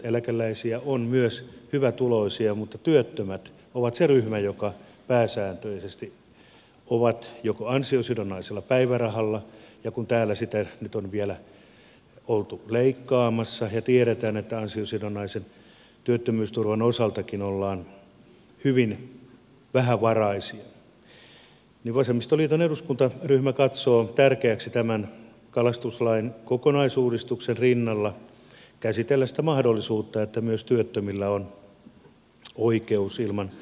eläkeläisiä on myös hyvätuloisia mutta työttömät ovat se ryhmä joka pääsääntöisesti on ansiosidonnaisella päivärahalla ja kun täällä sitä nyt on vielä oltu leikkaamassa ja tiedetään että ansiosidonnaisen työttömyysturvankin osalta ollaan hyvin vähävaraisia niin vasemmistoliiton eduskuntaryhmä katsoo tärkeäksi tämän kalastuslain kokonaisuudistuksen rinnalla käsitellä sitä mahdollisuutta että myös työttömillä on oikeus ilman maksua kalastaa